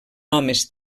homes